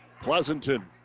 Pleasanton